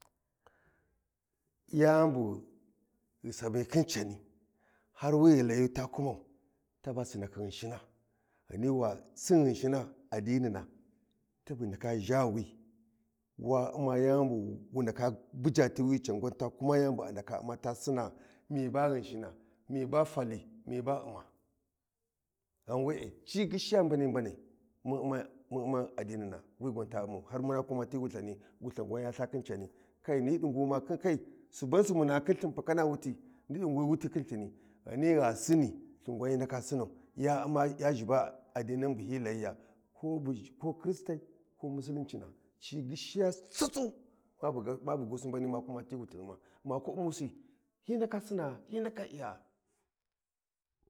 Yani bug hu sami khin cani, har wi ghu layi ta kumau taba sinakhi ghunshina Ghani wasin ghinshina addinina taa bu ndaka zha wi wa umma yani bu wu ndaka buja ti wi can gwan ta sina mi ba ghinshina mi ba fali mi ba umma. Ghan wee ci ghishiya mbani mbanai mun umma mun umma addinina wi gwa ta umman har muna kuma ti wulthani gwan ya ltha khin cani kai ni dungu ma kai suban subu muna khin lthin lthini Ghani gha sini lthin gwan yhi ndaka sinnau ya umma ya zhiba kristai ko muslincina ci ghishiya sussu ma bughusi ma kumiya ti wulthighuma maku ummu si hyi ndaka sina’a ndaka iya-a